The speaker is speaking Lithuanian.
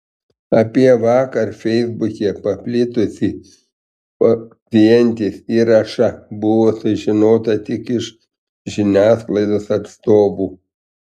apie vakar feisbuke paplitusį pacientės įrašą buvo sužinota tik iš žiniasklaidos atstovų